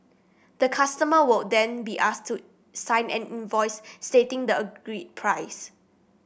the customer would then be asked to sign an invoice stating the agreed price